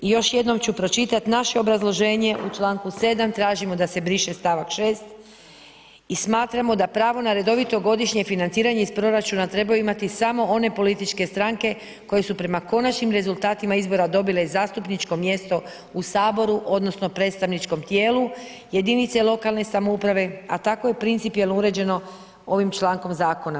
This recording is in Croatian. I još jednom ću pročitati naše obrazloženje u čl. 7. tražimo da se briše stavak 6. i smatramo da pravo na redovito godišnje financiranje iz proračuna, trebaju imati samo one političke stranke, koje su prema konačnim rezultatima izbora, dobile zastupničko mjesto u Saboru, odnosno, predstavničkom tijelu, jedinice lokalne samouprave, a tako je principijalno uređeno ovim čl. zakona.